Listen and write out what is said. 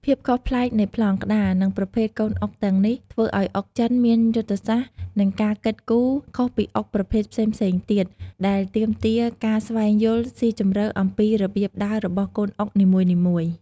ភាពខុសប្លែកនៃប្លង់ក្តារ និងប្រភេទកូនអុកទាំងនេះ ធ្វើឱ្យអុកចិនមានយុទ្ធសាស្ត្រ និងការគិតគូរខុសពីអុកប្រភេទផ្សេងៗទៀត ដែលទាមទារការស្វែងយល់ស៊ីជម្រៅអំពីរបៀបដើររបស់កូនអុកនីមួយៗ។